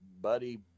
buddy